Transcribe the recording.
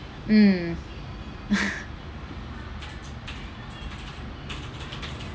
mm